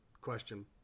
question